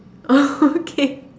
okay